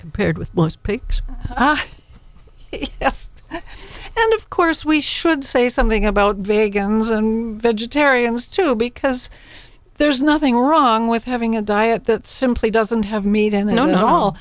compared with most pics and of course we should say something about vegans and vegetarians too because there's nothing wrong with having a diet that simply doesn't have meat and i don't know